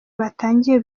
batangiye